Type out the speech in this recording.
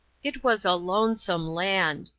it was a lonesome land!